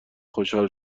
خوشحال